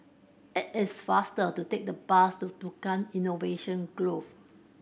it is faster to take the bus to Tukang Innovation Grove